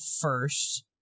first